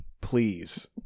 Please